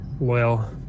Loyal